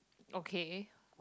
okay